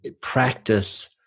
practice